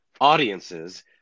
audiences